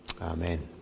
Amen